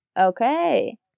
okay